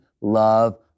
love